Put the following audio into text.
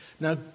Now